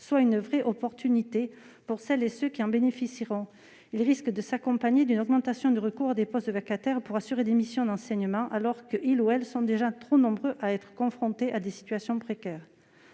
sera une vraie chance pour celles et ceux qui en bénéficieront. Il risque de s'accompagner d'une augmentation du recours aux postes de vacataires pour assurer des missions d'enseignement, alors que ceux-ci sont déjà trop nombreux à être confrontés à des situations précaires.